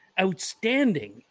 outstanding